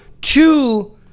two